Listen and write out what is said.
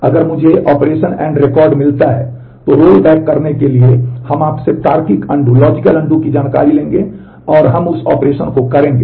अगर मुझे operation and record मिलता है तो रोलबैक करने के लिए हम आपसे तार्किक अनडू जानकारी लेंगे और हम उस ऑपरेशन को करेंगे